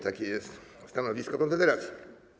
Takie jest stanowisko Konfederacji.